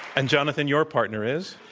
and, jonathan, your partner is?